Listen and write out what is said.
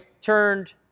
turned